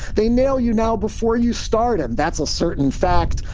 they nail you now before you start, and that's a certain fact.